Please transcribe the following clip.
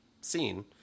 Scene